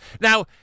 Now